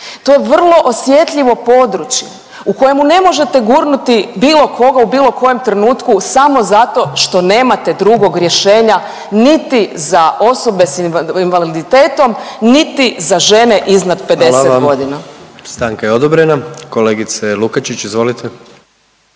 to je vrlo osjetljivo područje u kojemu ne možete gurnuti bilo koga u bilo kojem trenutku samo zato što nemate drugog rješenja niti za osobe s invaliditetom, niti za žene iznad 50.g.. **Jandroković, Gordan (HDZ)** Hvala vam, stanka je odobrena. Kolegice Lukačić izvolite.